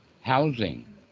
housing